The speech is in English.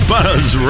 Buzz